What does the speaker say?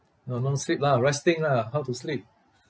no don't sleep lah resting lah how to sleep